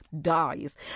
dies